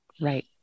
Right